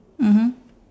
mmhmm